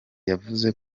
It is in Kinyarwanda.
yavuze